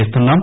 చేస్తున్నాం